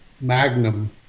Magnum